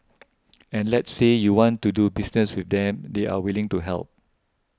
and let's say you want to do business with them they're willing to help